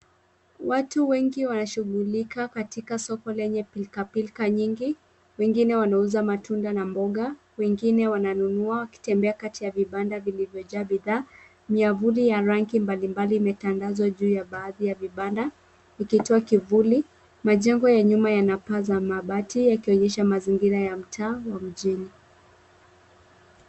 Watu wengi wanashughulika katika soko lenye pilkapilka nyingi. Wengine wanauza matunda na mboga wengine wananunua wakitembea kati ya vibanda vilivyojaa bidhaa. Miavuli ya rangi mbalimbali imetandazwa juu ya baadhi ya vibanda ikitoa kivuli. Majengo ya nyuma yana paa za mabati yakionyesha mazingira ya mtaa wa mjini.